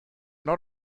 not